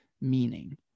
meaning